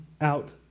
out